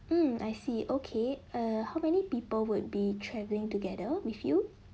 mm I see okay err how many people would be travelling together with you